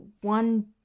one